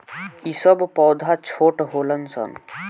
ई सब पौधा छोट होलन सन